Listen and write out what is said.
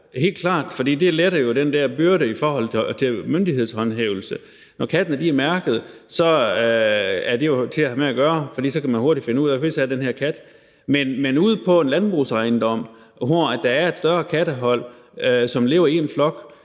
helt klart, fordi det letter jo den der byrde i forhold til myndighedshåndhævelse. Når katten er mærket, er det jo til at have med at gøre, for så kan man hurtigt finde ud af, hvis kat den er. Men ude på en landbrugsejendom, hvor der er et større kattehold, som lever i en flok,